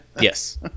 Yes